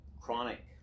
chronic